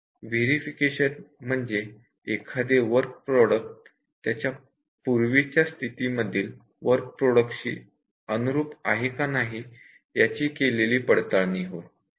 verification म्हणजे एखादे work product त्याच्या पूर्वीच्या स्थिती मधील वर्क प्रॉडक्टशी अनुरूप आहे का नाही याची केलेली पडताळणी होई